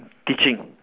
teaching